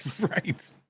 Right